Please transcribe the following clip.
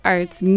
Arts